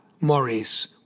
Maurice